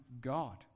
God